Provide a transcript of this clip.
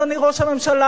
אדוני ראש הממשלה,